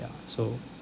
ya so